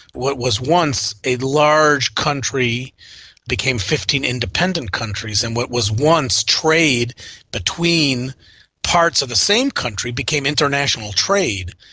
what was once a large country became fifteen independent countries, and what was once trade between parts of the same country became international trade.